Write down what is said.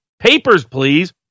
papers-please